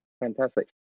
fantastic